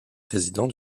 président